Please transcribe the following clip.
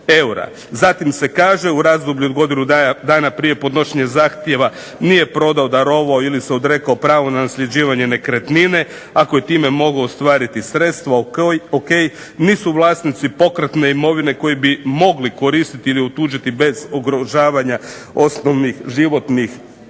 Zatim se kaže u razdoblju od godinu dana prije podnošenja zahtjeva nije prodao, darovao ili se odrekao prava na nasljeđivanje nekretnine, ako je time mogao ostvariti sredstva, ok, nisu vlasnici pokretne imovine koje bi mogli koristiti ili otuđiti bez ugrožavanja osnovnih životnih